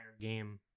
game